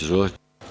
Izvolite.